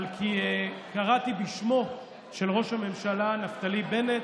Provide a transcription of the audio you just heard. על כי קראתי בשמו של ראש הממשלה נפתלי בנט,